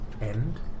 end